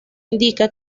indica